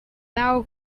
thou